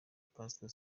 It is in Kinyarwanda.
pastor